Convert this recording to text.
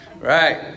Right